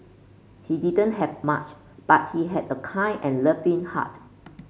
he didn't have much but he had a kind and loving heart